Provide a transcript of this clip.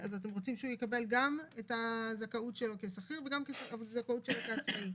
אתם רוצים שהוא יקבל גם את הזכאות שלו כשכיר וגם את הזכאות שלו כעצמאי,